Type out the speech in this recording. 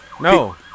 No